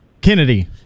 Kennedy